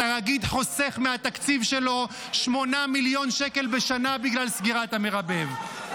התאגיד חוסך מהתקציב שלו 8 מיליון שקל בשנה בגלל סגירת המרבב.